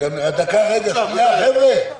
למעשה יכול חבר כנסת להיכנס,